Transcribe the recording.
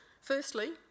Firstly